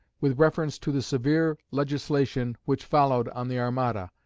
with reference to the severe legislation which followed on the armada,